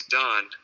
done